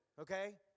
Okay